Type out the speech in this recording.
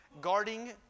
guarding